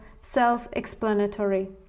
self-explanatory